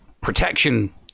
protection